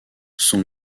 son